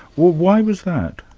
why was that?